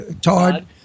Todd